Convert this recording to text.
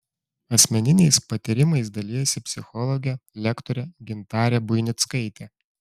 asmeniniais patyrimais dalijasi psichologė lektorė gintarė buinickaitė